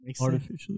Artificially